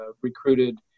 recruited